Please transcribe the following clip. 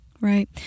Right